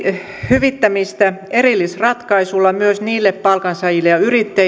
hyvittämistä erillisratkaisulla myös niille palkansaajille ja